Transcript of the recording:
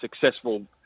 successful